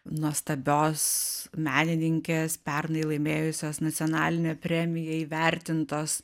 nuostabios menininkės pernai laimėjusios nacionalinę premiją įvertintos